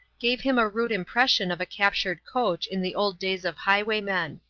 gave him a rude impression of a captured coach in the old days of highwaymen.